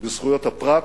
בזכויות הפרט,